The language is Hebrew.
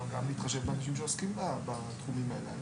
אבל גם להתחשב באנשים שעוסקים בתחומים האלה.